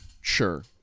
Sure